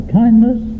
kindness